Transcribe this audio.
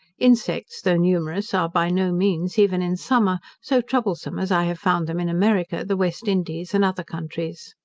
insects, though numerous, are by no means, even in summer, so troublesome as i have found them in america, the west indies, and other countries.